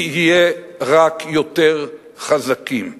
נהיה רק יותר חזקים.